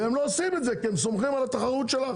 והם לא עושים את זה, כי הם סומכים על התחרות שלך.